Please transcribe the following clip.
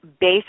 base